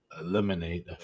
eliminate